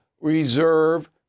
reserve